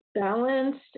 Balanced